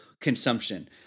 consumption